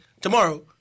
tomorrow